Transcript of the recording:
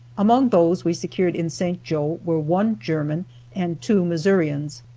among those we secured in st. joe were one german and two missourians.